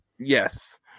Yes